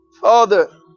Father